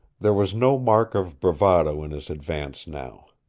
there was no mark of bravado in his advance now.